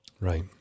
Right